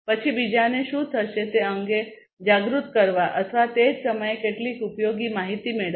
પછી બીજાને શું થશે તે અંગે જાગૃત કરવા અથવા તે જ સમયે કેટલીક ઉપયોગી માહિતી મેળવવી